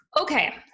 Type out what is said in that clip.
Okay